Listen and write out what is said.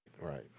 Right